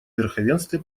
верховенстве